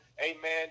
amen